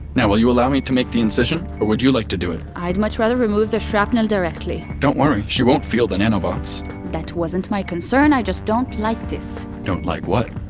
now will you allow me to make the incision or would you like to do it? i'd much rather remove the shrapnel directly don't worry, she won't feel the nanobots that wasn't my concern. i just don't like this don't like what?